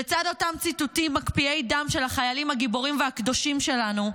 לצד אותם ציטוטים מקפיאי דם של החיילים הגיבורים והקדושים שלנו,